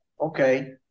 Okay